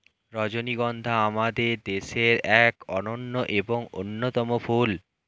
রজনীগন্ধা আমাদের দেশের এক অনন্য এবং অন্যতম ফুল